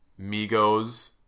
Migos